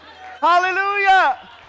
Hallelujah